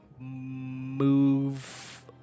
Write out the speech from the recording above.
move